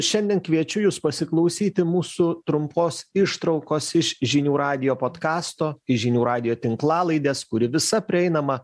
šiandien kviečiu jus pasiklausyti mūsų trumpos ištraukos iš žinių radijo podkasto žinių radijo tinklalaidės kuri visa prieinama